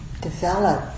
develop